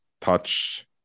touch